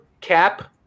cap